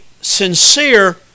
sincere